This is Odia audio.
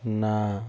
ନା